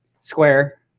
square